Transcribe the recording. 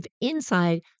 inside